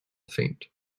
faint